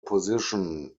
position